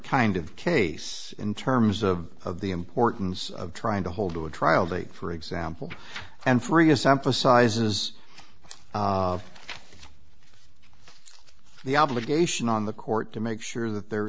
kind of case in terms of the importance of trying to hold a trial date for example and free a sample sizes of the obligation on the court to make sure that there